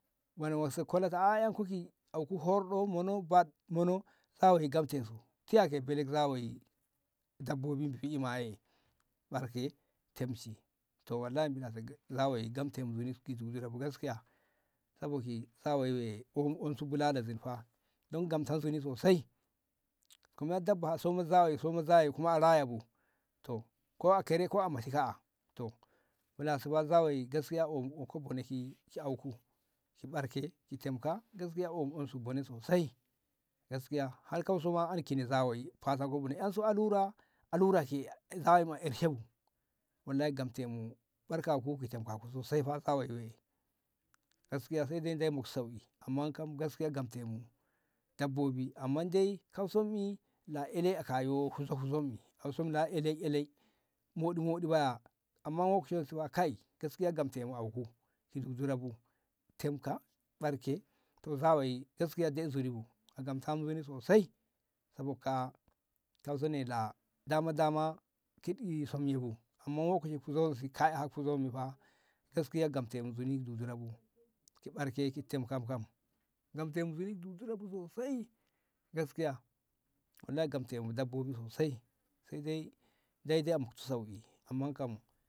Mana wanse kola ta a ƴanku ki auku horɗo mono ɓaɗ mono zawayi gamtensu ti a ke bale zawayi dabbobi bi'i ma'e ɓarke temshi to wallayi milase zawayi gamten su nzuni ki zuriyan bu gaskiya saboki zawayi wi ko kuma unsu bulala zoibu fa dan gamten su nzuni sosai kuma dabba a soma zawayi a soma zawayi kuma a rayabu to ko a kere ko a mote ka'a to milase fa zawayi gaskiya omu boneki ki auku ki ɓarke ki temka gaskiya ƴa onsu bone sosai gaskiya har kauso ma an kine zawayi kauso nzuni ansu allura- allura ki zawayi ma ƴa a ershebu wallayi gamtemu ɓarkaku ki temkaku sosai fa zawayi bei gaskiya saide Deyi moktu sauƙi amman kam gaskiya gamtemu dabbobi amman dai kauso mi la ƴa lai a ka yo moɗi- moɗi ba amma a eshe ka'a gaskiya gamte mu auku ki jijjire bu temka, ɓarke to zawayi gaskiya dai nzuni bu gamte mu nzuni sosai sabo ka'a kauso ne la dama- dama ki yo sonyi bu amma lokaci huzo ki ka a ƴa huzo yomo bu fa gaskiya gamtemu nzuni dudura bu ki ɓarke tem kam- kam ngamtemu nzuni durabu sosai gaskiya wallayi gamte mu dabbobi sosai sai dai dai- dai a mokte mu sauƙi. amman kam